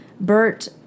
Bert